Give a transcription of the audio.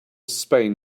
spain